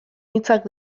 hitzak